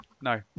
No